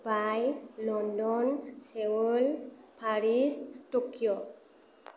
Dubai London Seoul Paris Tokyo